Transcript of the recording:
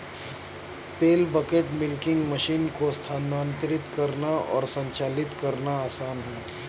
पेल bucket milking machine को स्थानांतरित करना और संचालित करना आसान है